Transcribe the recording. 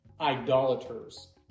idolaters